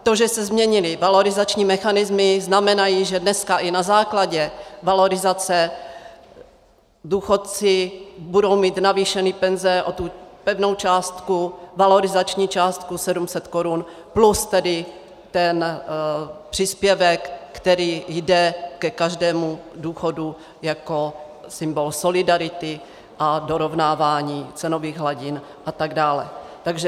To, že se změnily valorizační mechanismy, znamená, že dneska i na základě valorizace důchodci budou mít navýšeny penze o pevnou částku, valorizační částku 700 korun, plus příspěvek, který jde ke každému důchodu jako symbol solidarity a dorovnávání cenových hladin atd.